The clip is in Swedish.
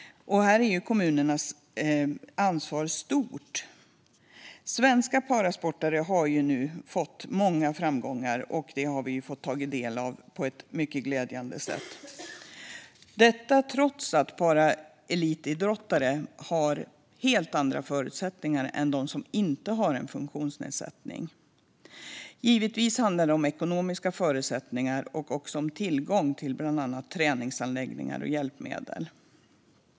Kommunernas ansvar är därmed stort. Svenska parasportare har fått många framgångar i internationella tävlingar, och det har vi tagit del av på ett mycket glädjande sätt. Detta har skett trots att paraelitidrottare har helt andra förutsättningar än de som inte har en funktionsnedsättning. Givetvis handlar det om ekonomiska förutsättningar och också om tillgång till bland annat träningsanläggningar och hjälpmedel.